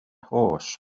horse